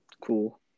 cool